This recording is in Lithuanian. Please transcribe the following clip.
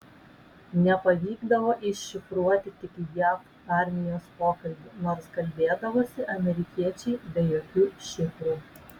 nepavykdavo iššifruoti tik jav armijos pokalbių nors kalbėdavosi amerikiečiai be jokių šifrų